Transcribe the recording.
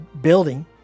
building